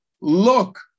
look